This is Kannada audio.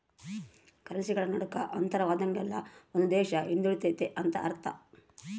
ಕರೆನ್ಸಿಗಳ ನಡುಕ ಅಂತರವಾದಂಗೆಲ್ಲ ಒಂದು ದೇಶ ಹಿಂದುಳಿತೆತೆ ಅಂತ ಅರ್ಥ